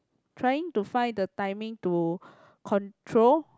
trying to find the timing to control